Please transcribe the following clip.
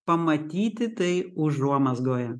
pamatyti tai užuomazgoje